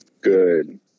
good